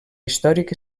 històric